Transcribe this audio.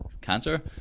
cancer